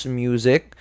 music